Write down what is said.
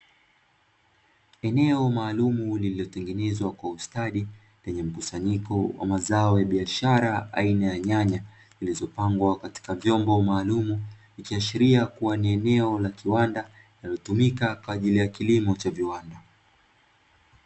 Eneo maalumu lililotengenezwa kwa ustadi lenye mkusanyiko wa mazao ya biashara aina ya nyanya, zilizopangwa katika vyombo maalumu ikiashiria kuwa ni eneo la kiwanda, linalotumika kwa ajili ya kilimo cha viwanda.